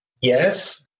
yes